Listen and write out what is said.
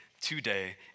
today